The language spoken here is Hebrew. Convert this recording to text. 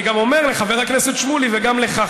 אני גם אומר לחבר הכנסת שמולי וגם לך,